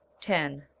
ten.